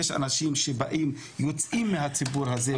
יש אנשים שיוצאים מהציבור הזה.